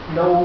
no